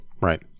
right